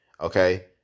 okay